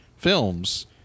films